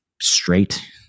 straight